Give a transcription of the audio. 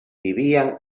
vivían